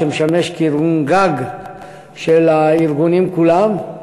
שמשמש כארגון-גג של הארגונים כולם,